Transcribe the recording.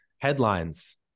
headlines